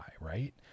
right